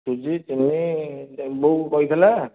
ସୁଜି ଚିନି ବୋଉ କହିଥିଲା